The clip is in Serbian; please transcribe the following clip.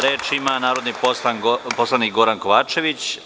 Reč ima narodni poslanik Goran Kovačević.